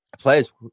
players